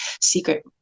secret